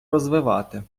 розвивати